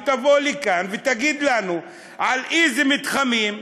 תבוא לכאן ותגיד לנו על איזה מתחמים,